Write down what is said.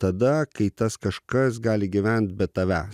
tada kai tas kažkas gali gyvent be tavęs